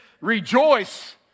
Rejoice